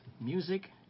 music